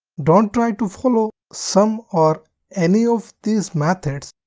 don't try to follow some or any of these methods.